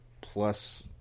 Plus